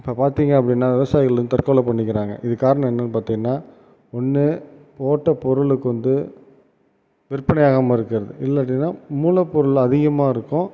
இப்போ பார்த்திங்க அப்படின்னா விவசாயிகள் வந்து தற்கொலை பண்ணிக்கிறாங்க இதுக்கு காரணம் என்னென்னு பார்த்திங்கனா ஒன்று போட்ட பொருளுக்கு வந்து விற்பனையாகாமல் இருக்கிறது இல்லாட்டின்னா மூலப்பொருள் அதிகமாக இருக்கும்